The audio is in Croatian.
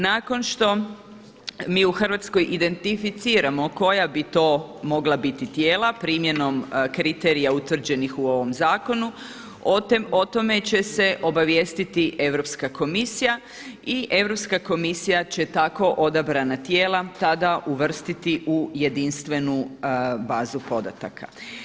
Nakon što mi u Hrvatskoj identificiramo koja bi to mogla biti tijela primjernom kriterija utvrđenih u ovom zakonu o tome će se obavijestiti Europska komisija i Europska komisija će tako odobrena tijela tada uvrstiti u jedinstvenu bazu podataka.